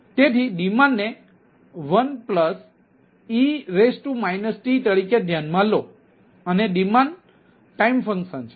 તેથી ડિમાન્ડ ને 1e t તરીકે ધ્યાનમાં લો અને ડિમાન્ડ ટાઈમ ફંકશન છે